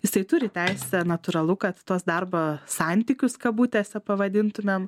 jisai turi teisę natūralu kad tuos darbo santykius kabutėse pavadintumėm